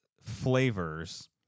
flavors